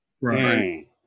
Right